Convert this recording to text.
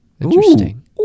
Interesting